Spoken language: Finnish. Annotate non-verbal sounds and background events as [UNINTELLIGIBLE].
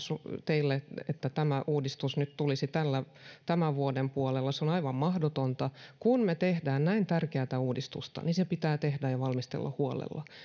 teille [UNINTELLIGIBLE] että tämä uudistus nyt tulisi [UNINTELLIGIBLE] [UNINTELLIGIBLE] tämän vuoden puolella se on aivan mahdotonta [UNINTELLIGIBLE] [UNINTELLIGIBLE] kun me teemme näin tärkeätä uudistusta niin se pitää tehdä ja valmistella huolella